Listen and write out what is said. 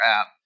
app